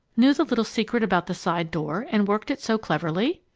knew the little secret about the side door and worked it so cleverly?